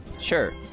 Sure